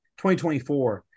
2024